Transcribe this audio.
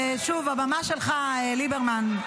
ושוב, הבמה שלך, ליברמן.